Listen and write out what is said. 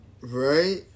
Right